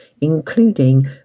including